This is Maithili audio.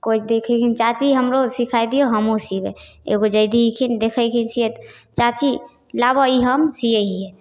कोइ देखै हकिन चाची हमरो सिखाइ दिऔ हमहूँ सिबै एगो जइधी हकिन देखै हकिन सिएत चाची लाबऽ ई हम सिए हिए